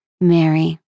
Mary